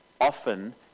often